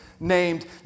named